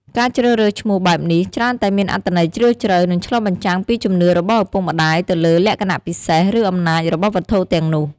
ការជ្រើសរើសឈ្មោះបែបនេះ ច្រើនតែមានអត្ថន័យជ្រាលជ្រៅ និងឆ្លុះបញ្ចាំងពីជំនឿរបស់ឪពុកម្តាយទៅលើលក្ខណៈពិសេស ឬ អំណាចរបស់វត្ថុទាំងនោះ។